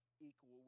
equal